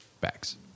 backs